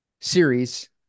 series